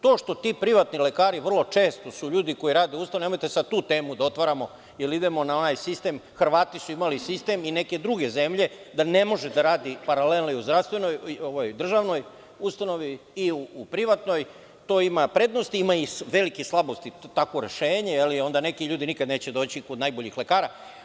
To što ti privatni lekari vrlo često su ljudi koji rade u ustanovama, a nemojte sada tu temu da otvaramo, jer idemo na onaj sistem, Hrvati su imali sistem i neke druge zemlje, da ne može da radi paralelno i u državnoj ustanovi i u privatnoj, to ima prednosti, ali ima i velike slabosti, takvo rešenje i onda neki ljudi nikada neće doći kod najboljih lekara.